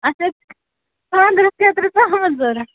اَسہِ ٲس خانٛدرَس خٲطرٕ ژامَن ضوٚرَتھ